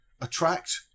attract